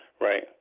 Right